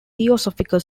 theosophical